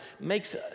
makes